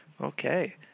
Okay